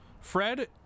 Fred